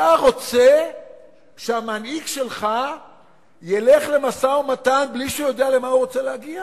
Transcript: אתה רוצה שהמנהיג שלך ילך למשא-ומתן בלי שהוא יודע למה הוא רוצה להגיע?